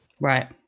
Right